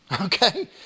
Okay